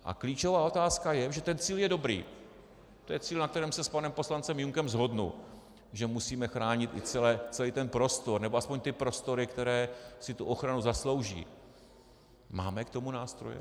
A klíčová otázka je protože ten cíl je dobrý, to je cíl, na kterém se s panem poslancem Junkem shodnu, že musíme chránit i celý ten prostor, nebo aspoň ty prostory, které si tu ochranu zaslouží máme k tomu nástroje?